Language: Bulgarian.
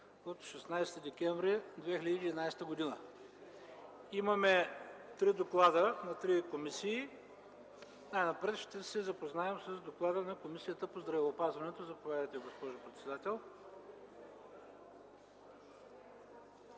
съвет, 16 декември 2011 г. Имаме три доклада на три комисии. Най-напред ще се запознаем с доклада на Комисията по здравеопазване. Заповядайте, госпожо Дариткова.